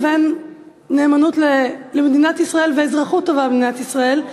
לבין נאמנות למדינת ישראל ואזרחות טובה במדינת ישראל.